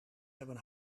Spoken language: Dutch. hebben